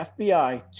FBI